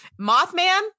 Mothman